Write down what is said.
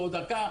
או דקה,